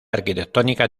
arquitectónica